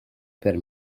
per